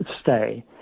stay